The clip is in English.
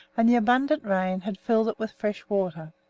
and the abundant rain had filled it with fresh water.